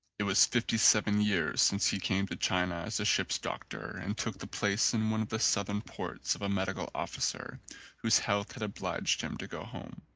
it was fifty seven years since he came to china as a ship's doctor and took the place in one of the southern ports of a medical officer whose health had obliged him to go home.